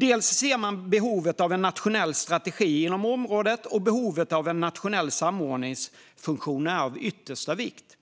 Dels ser man behovet av en nationell strategi inom området, dels är behovet av en nationell samordningsfunktion av yttersta vikt.